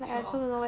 show off